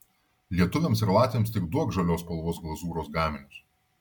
lietuviams ir latviams tik duok žalios spalvos glazūros gaminius